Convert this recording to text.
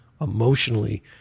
emotionally